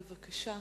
בבקשה.